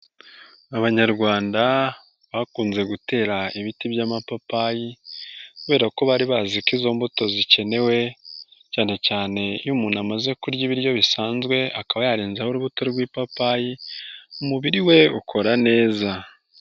Abanyarwanda bakunze gutera ibiti by'amapapayi, kubera ko bari bazi ko izo mbuto zikenewe, cyane cyane iyo umuntu amaze kurya ibiryo bisanzwe akaba yarenzeho urubuto rw'ipapayi, umubiri we ukora neza.